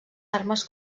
armes